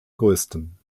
größten